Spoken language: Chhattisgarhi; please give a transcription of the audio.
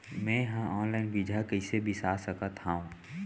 मे हा अनलाइन बीजहा कईसे बीसा सकत हाव